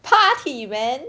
party man